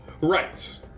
Right